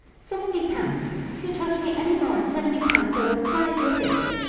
seventy pounds! if you talk to me any more of seventy pounds, i will fly at your face.